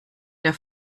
der